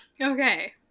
Okay